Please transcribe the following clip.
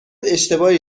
اشتباهی